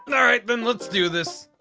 and alright then let's do this.